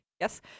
Yes